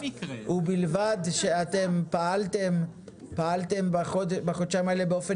ובלבד שפעלתם בחודשיים האלה באופן